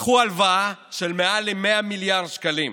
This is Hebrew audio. לקחו הלוואה של מעל ל-100 מיליארד שקלים,